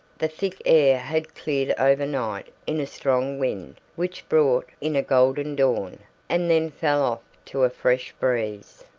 the thick air had cleared overnight in a strong wind which brought in a golden dawn and then fell off to a fresh breeze.